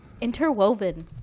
interwoven